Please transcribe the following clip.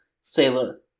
sailor